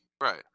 Right